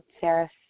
Sarah